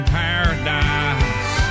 paradise